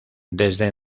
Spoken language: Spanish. desde